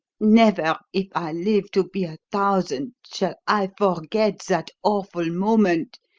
never, if i live to be a thousand, shall i forget that awful moment,